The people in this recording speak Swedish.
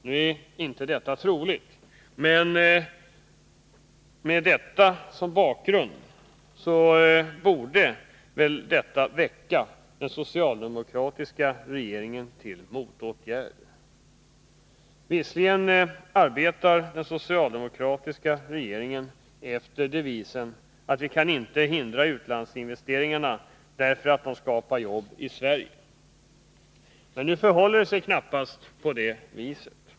Nu är inte detta troligt, men den bakgrunden borde väl väcka den socialdemokratiska regeringen till motåtgärder. Visserligen arbetar den socialdemokratiska regeringen efter devisen att vi inte kan hindra utlandsinvesteringarna därför att dessa skapar jobb i Sverige. Men nu förhåller det sig knappast på det viset.